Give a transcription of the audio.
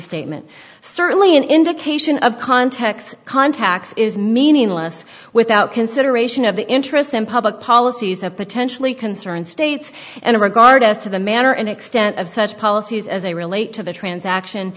restatement certainly an indication of context contacts is meaningless without consideration of the interests and public policies of potentially concerned states and regard as to the manner and extent of such policies as they relate to the transaction